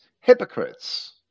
hypocrites